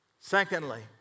Secondly